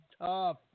tough